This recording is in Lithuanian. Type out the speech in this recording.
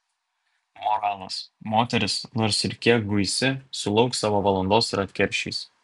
moralas moteris nors ir kiek guisi sulauks savo valandos ir atkeršys